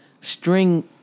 String